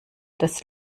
das